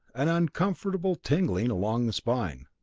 an uncomfortable tingling along the spine.